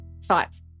thoughts